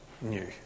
new